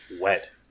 wet